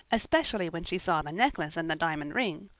especially when she saw the necklace and the diamond ring.